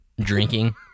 Drinking